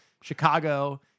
Chicago